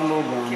מותר לו גם.